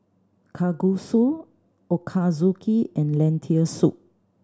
Kalguksu Ochazuke and Lentil Soup